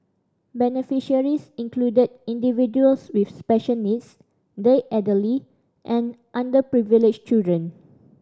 beneficiaries included individuals with special needs the elderly and underprivileged children